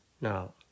Now